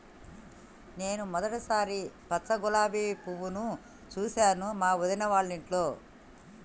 నేను మొదటిసారి పచ్చ గులాబీ పువ్వును చూసాను మా వదిన వాళ్ళింట్లో